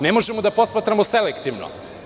Ne možemo da posmatramo selektivno.